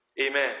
Amen